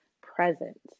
present